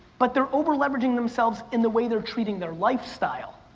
but they're over leveraging themselves in the way they're treating their lifestyle.